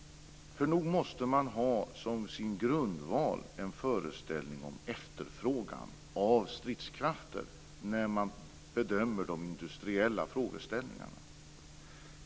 Och nog måste man ha som sin grundval en föreställning om efterfrågan av stridskrafter när man bedömer de industriella frågeställningarna.